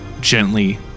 gently